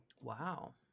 Wow